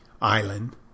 island